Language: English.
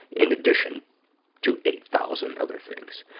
in addition to eight thousand other things.